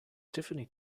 tiffany